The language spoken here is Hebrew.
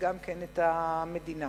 המדינה